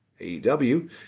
AEW